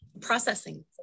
Processing